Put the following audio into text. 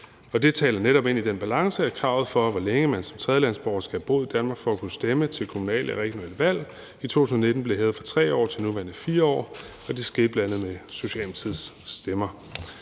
Og det taler netop ind i den balance, at kravet for, hvor længe man som tredjelandsborger skal bo i Danmark for at kunne stemme til kommunale og regionale valg, i 2019 blev hævet fra 3 år til de nuværende 4 år, og det skete bl.a. med Socialdemokratiets stemmer.